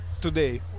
today